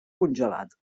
congelat